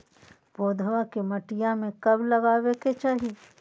पौधवा के मटिया में कब लगाबे के चाही?